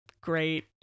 great